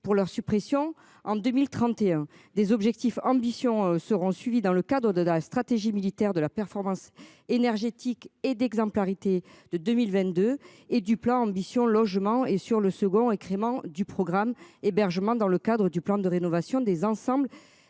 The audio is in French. pour leur suppression en 2031 des objectifs ambitions seront suivies dans le cadre de de la stratégie militaire, de la performance énergétique et d'exemplarité de 2022 et du plan Ambition logement et sur le second et Crémant du programme hébergement dans le cadre du plan de rénovation des ensembles